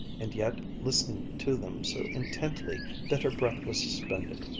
and yet listening to them so intently that her breath was suspended.